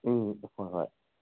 ꯎꯝ ꯍꯣꯏ ꯍꯣꯏ